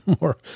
more